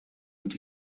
het